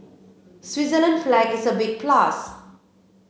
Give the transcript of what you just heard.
Switzerland flag is a big plus